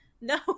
no